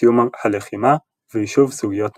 סיום הלחימה ויישוב סוגיות נוספות.